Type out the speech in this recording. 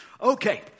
Okay